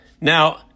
Now